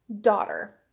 daughter